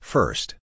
First